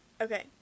Okay